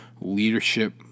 leadership